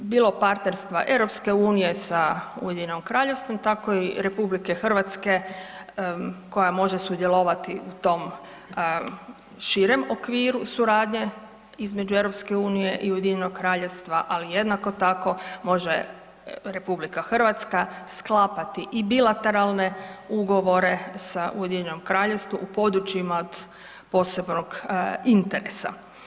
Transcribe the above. I bilo partnerstva EU sa Ujedinjenim Kraljevstvom tako i RH koja može sudjelovati u tom širem okviru suradnje između EU i Ujedinjenog Kraljevstva, ali jednako tako može RH sklapati i bilateralne ugovore sa Ujedinjenim Kraljevstvom u područjima od posebnog interesa.